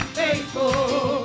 faithful